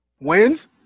Wins